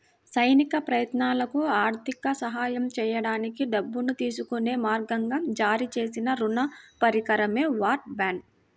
సైనిక ప్రయత్నాలకు ఆర్థిక సహాయం చేయడానికి డబ్బును తీసుకునే మార్గంగా జారీ చేసిన రుణ పరికరమే వార్ బాండ్